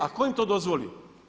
A tko im to dozvoli?